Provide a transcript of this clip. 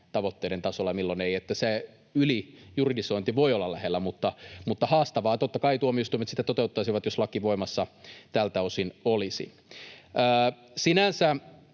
tavoitteiden tasolla ja milloin ei — ylijuridisointi voi olla lähellä — eli se on haastavaa. Totta kai tuomioistuimet sitä toteuttaisivat, jos laki voimassa tältä osin olisi. Sinänsä